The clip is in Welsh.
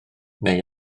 neu